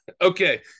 okay